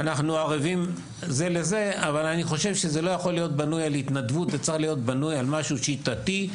אנחנו ערבים זה לזה אבל אני חושב שזה צריך להיות בנוי על משהו שיטתי,